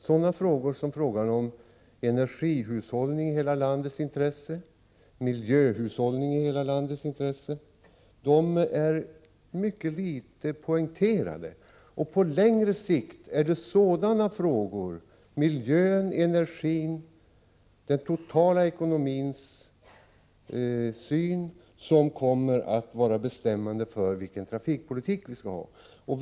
Sådana frågor som energihushållningen i hela landets intresse, miljöhushållningen i hela landets intresse är mycket litet poängterade och på längre sikt är det sådana frågor — miljön, energin och den totala ekonomin — som kommer att vara bestämmande för vilken trafikpolitik vi skall ha.